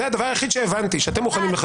זה הדבר היחיד שהבנתי, שאתם מוכנים לחכות.